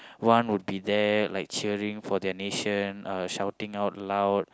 one will be there like cheering for their nation uh shouting out loud